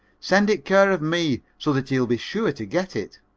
send it care of me so that he'll be sure to get it.